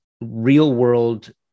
real-world